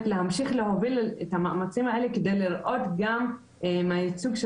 להמשיך להוביל את המאמצים האלה כדי לראות גם ייצוג של